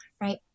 right